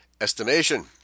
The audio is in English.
estimation